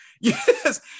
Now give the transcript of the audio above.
Yes